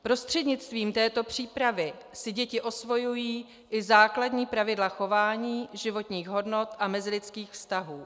Prostřednictvím této přípravy si děti osvojují i základní pravidla chování, životních hodnot a mezilidských vztahů.